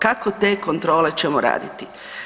Kako te kontrole ćemo raditi?